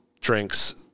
drinks